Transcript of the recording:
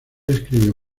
escribió